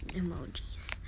emojis